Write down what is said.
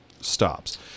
stops